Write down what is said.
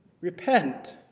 Repent